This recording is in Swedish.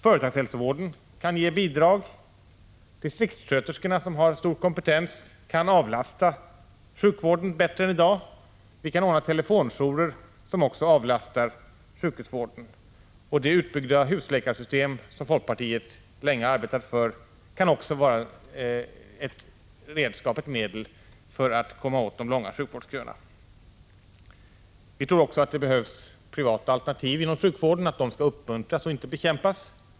Företagshälsovården kan ge sitt bidrag. Distriktssköterskorna, som har stor kompetens, kan avlasta sjukhusen bättre än som i dag är fallet. Telefonjourer kan ordnas, vilka också avlastar sjukvården. Ett utbyggt system med husläkare, som vi i folkpartiet länge har arbetat för, kan också vara ett medel när det gäller att komma till rätta med de långa köerna inom sjukvården. Vidare tror vi att det behövs privata alternativ inom sjukvården. Sådana skall alltså uppmuntras, inte bekämpas.